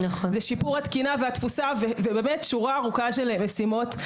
לשיפור התקינה והתפוסה ושורה ארוכה של משימות.